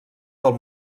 del